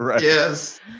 Yes